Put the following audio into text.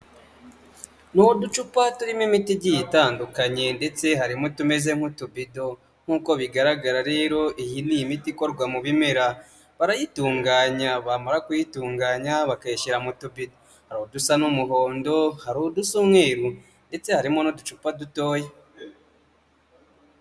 Ni uducupa turimo imiti igiye itandukanye ndetse harimo utumeze nk'utubido, nkuko bigaragara rero iyi ni imiti ikorwa mu bimera barayitunganya bamara kuyitunganya bakayishyira mu tubido dusa n'umuhondo, hari udusa umweru ndetse harimo n'uducupa dutoya.